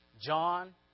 John